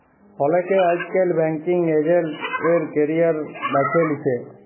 অলেকে আইজকাল banking agent এর ক্যারিয়ার বাছে লিছে